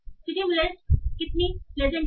सिटीमुलेस कितनी प्लेजजेंट है